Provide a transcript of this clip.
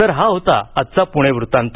तर हा होता आजचा पुणे वृत्तांत